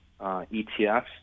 ETFs